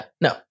no